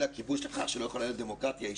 הכיבוש לכך שלא יכולה להיות דמוקרטיה.